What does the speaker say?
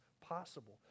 possible